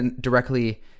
directly